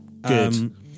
Good